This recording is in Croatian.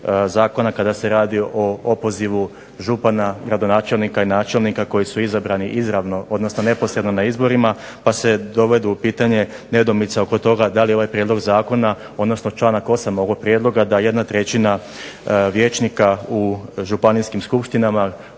zakona kada se radi o opozivu župana, gradonačelnika i načelnika koji su izabrani neposredno na izborima pa se dovodi u pitanje nedoumica oko toga da li ovaj Prijedlog zakona odnosno članak 8. ovog Prijedloga da 1/3 vijećnika u gradskim skupštinama,